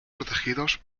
protegidos